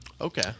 Okay